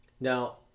now